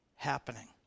happening